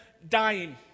dying